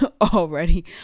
already